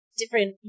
different